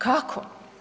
Kako?